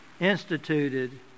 instituted